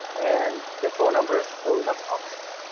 and their phone number though that's optional.